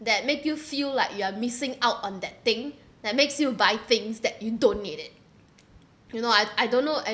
that make you feel like you are missing out on that thing that makes you buy things that you don't need it you know I I don't know